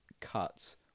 cuts